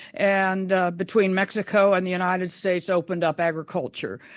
and between mexico and the united states, opened up agriculture.